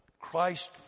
christ